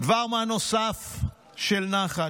דבר מה נוסף של נחת,